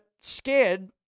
scared